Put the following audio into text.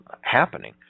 happening